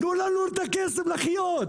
תנו לנו את הכסף לחיות.